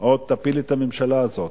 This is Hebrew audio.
עוד תפיל את הממשלה הזאת,